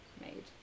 made